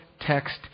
text